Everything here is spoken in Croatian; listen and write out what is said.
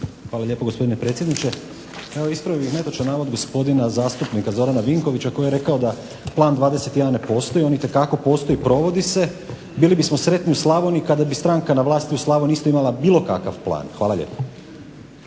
Hvala lijepo, gospodine predsjedniče. Evo ispravio bih netočan navod gospodina zastupnika Zorana Vinkovića koji je rekao da Plan 21 ne postoji. On itekako postoji i provodi se. Bili bismo sretni u Slavoniji kada bi stranka na vlasti u Slavoniji isto imala bilo kakav plan. Hvala lijepo.